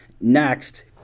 Next